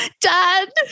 dad